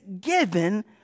given